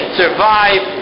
survive